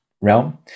realm